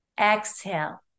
exhale